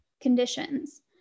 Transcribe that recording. conditions